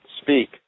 Speak